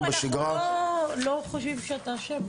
אנחנו לא חושבים שאתה אשם,